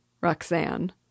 Roxanne